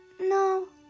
no,